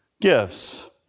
Gifts